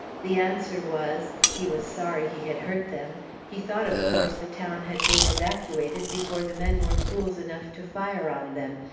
the answer was, he was sorry he had hurt them he thought of course the town had been evacuated before the men were fools enough to fire on them,